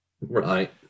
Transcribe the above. Right